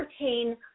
entertain